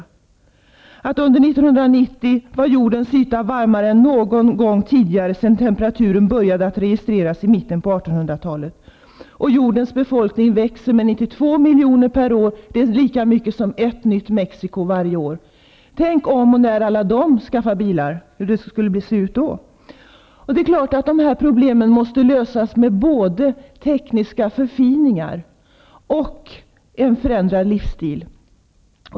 Under 1990 var jordens yta varmare än någon gång tidigare sedan temperaturen började att registreras i mitten på 1800-talet. Vidare kan man läsa att jordens befolkning växer med 92 miljoner per år. Det är lika mycket som ett nytt Mexiko varje år. Tänk om och när alla de här människorna skaffar sig bilar! Hur skulle det inte se ut då! Det är klart att dessa problem måste lösas både med tekniska förfiningar och med en förändrad livsstil.